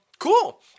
Cool